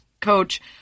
coach